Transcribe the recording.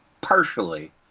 partially